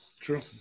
True